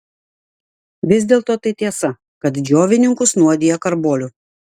vis dėlto tai tiesa kad džiovininkus nuodija karboliu